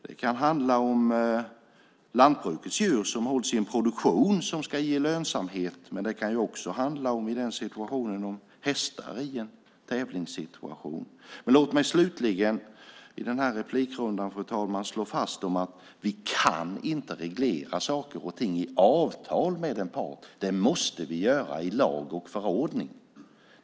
Det kan handla om lantbrukets djur som hålls i en produktion som ska ge lönsamhet, men det kan också handla om hästar i en tävlingssituation. Låt mig slutligen i det här inlägget, fru talman, slå fast att vi inte kan reglera saker och ting i avtal med en part. Det måste vi göra i lag och förordning.